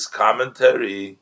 commentary